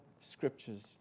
Scriptures